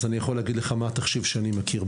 אני יכול להגיד לך מה התחשיב שאני מכיר.